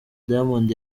diamond